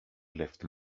left